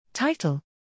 Title